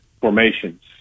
formations